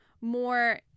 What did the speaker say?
more